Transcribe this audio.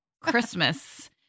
Christmas